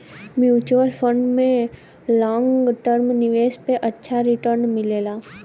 mutual fund में long term निवेश पे अच्छा रीटर्न मिलला